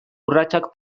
urratsak